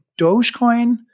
Dogecoin